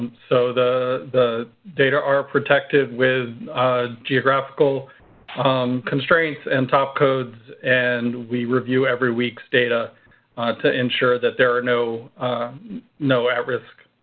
so the the data are protected with geographical constraints and top codes. and we review every week's data to ensure that there are no no at risk